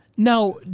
Now